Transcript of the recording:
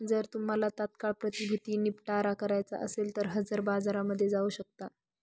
जर तुम्हाला तात्काळ प्रतिभूती निपटारा करायचा असेल तर हजर बाजारामध्ये जाऊ शकता